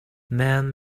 man